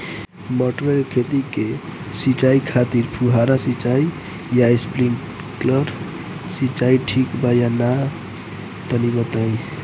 मटर के खेती के सिचाई खातिर फुहारा सिंचाई या स्प्रिंकलर सिंचाई ठीक बा या ना तनि बताई?